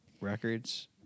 Records